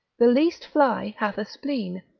the least fly hath a spleen,